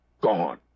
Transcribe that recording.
Gone